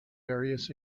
various